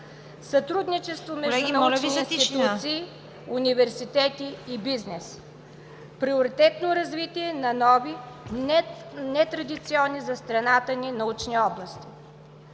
сътрудничество между научни институции, университети и бизнес; приоритетно развитие на нови, нетрадиционни за страната ни научни области;